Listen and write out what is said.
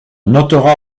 notera